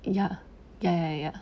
ya ya ya ya